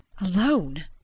Alone